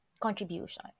contribution